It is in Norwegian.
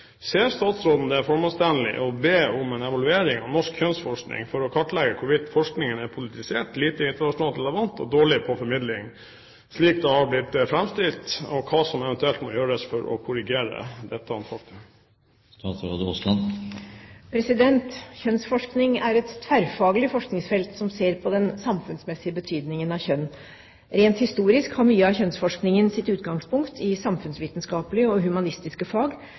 Ser statsråden det formålstjenlig å be om en evaluering av norsk kjønnsforskning for å kartlegge hvorvidt forskningen er politisert, lite internasjonalt relevant og dårlig på formidling, slik det har blitt fremstilt, og hva som eventuelt må gjøres for å korrigere dette?» Kjønnsforskning er et tverrfaglig forskningsfelt som ser på den samfunnsmessige betydningen av kjønn. Rent historisk har mye av kjønnsforskningen sitt utgangspunkt i samfunnsvitenskapelige og humanistiske fag,